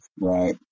Right